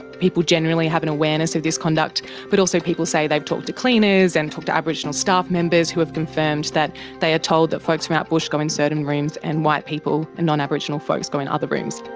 people generally have an awareness of this conduct but also people say they've talked to cleaners and talked to aboriginal staff members who have confirmed that they are told that folks from out bush go in certain and rooms and white people and non-aboriginal folks go in other rooms.